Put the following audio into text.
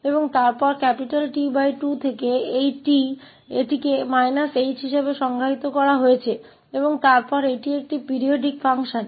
और फिर T2 से इस T तक इसे h के रूप में परिभाषित किया जाता है और फिर यह एक आवर्त फलन है